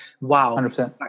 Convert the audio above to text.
wow